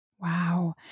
Wow